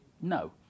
No